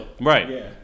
right